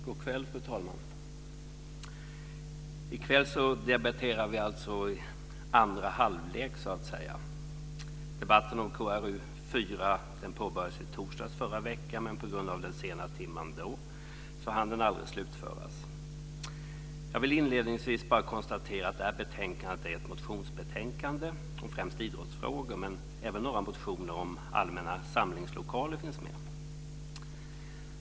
Fru talman! I kväll är det alltså andra halvlek för debatten om KrU4. Den påbörjades i torsdags, men på grund av den sena timmen hann den aldrig slutföras. Jag vill inledningsvis konstatera att det här betänkandet är ett motionsbetänkande om främst idrottsfrågor, men även några motioner om allmänna samlingslokaler finns med.